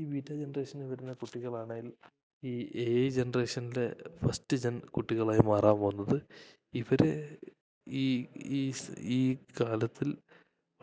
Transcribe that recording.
ഈ ബീറ്റാ ജനെറേഷനിൽ വരുന്ന കുട്ടികളാണേൽ ഈ എ ഐ ജനറേഷൻലേ ഫസ്റ്റ് ജൻ കുട്ടികളായി മാറാൻ പോകുന്നത് ഇവർ ഈ ഈസ് ഈ കാലത്തിൽ